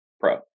Pro